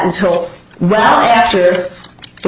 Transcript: until well after the